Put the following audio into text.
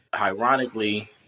Ironically